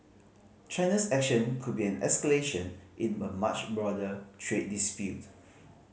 China's action could be an escalation in a much broader trade dispute